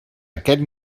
aquest